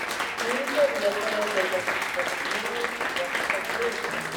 įvykio vietoje dirbantys pareigūnai ieško gilzių